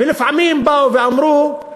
ולפעמים באו ואמרו,